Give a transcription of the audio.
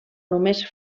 només